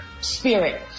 Spirit